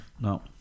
No